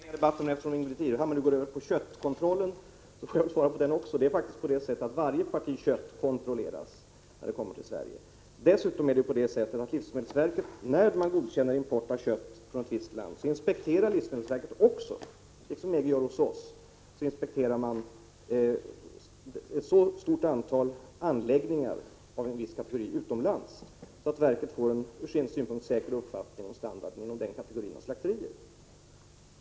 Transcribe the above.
Herr talman! Jag skall inte förlänga debatten, men eftersom Ingbritt Irhammar nu övergår till att tala om köttkontrollen får jag väl svara på de påståendena också. Det är faktiskt på det sättet att varje parti kött som kommer till Sverige kontrolleras. Dessutom är det på det sättet att livsmedelsverket också — liksom EG gör hos oss — när man godkänner import av kött från ett visst land inspekterar ett så stort antal anläggningar av en viss kategori utomlands att verket får en från sin synpunkt sett säker uppfattning om standarden inom den kategorin av slakterier.